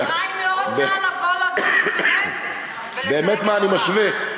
מצרים לא רוצה לבוא, באמת, מה אני משווה?